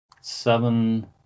seven